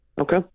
Okay